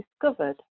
discovered